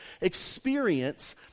experience